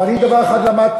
אבל אני דבר אחד למדתי: